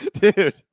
dude